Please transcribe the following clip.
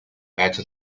beta